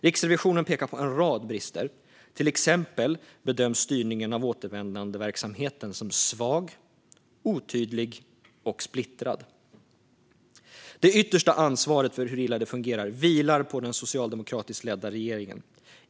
Riksrevisionen pekar på en rad brister. Till exempel bedöms styrningen av återvändandeverksamheten som svag, otydlig och splittrad. Det yttersta ansvaret för hur illa det fungerar vilar på den socialdemokratiskt ledda regeringen.